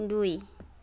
দুই